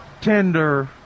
tender